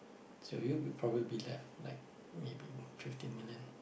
so you'll be probably be left like maybe fifteen million